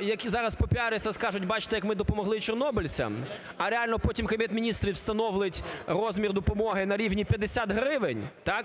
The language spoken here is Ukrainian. Які зараз пропіаряться і скажуть, бачите, як ми допомогли чорнобильцям, а реально потім Кабінет Міністрів встановить розмір допомоги на рівні 50 гривень, так?